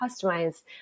customize